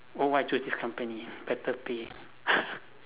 w~ why I choose this company better pay